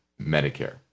Medicare